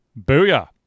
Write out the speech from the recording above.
Booyah